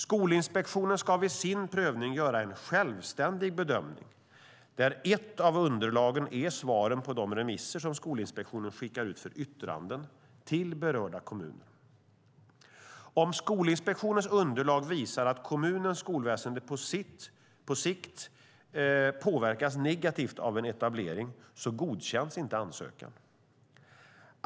Skolinspektionen ska vid sin prövning göra en självständig bedömning, där ett av underlagen är svaren på de remisser som Skolinspektionen skickar ut för yttranden till berörda kommuner. Om Skolinspektionens underlag visar att kommunens skolväsen på sikt påverkas negativt av en etablering godkänns inte ansökan.